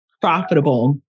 profitable